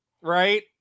right